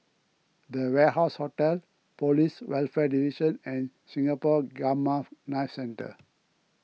the Warehouse Hotel Police Welfare Division and Singapore Gamma Knife Centre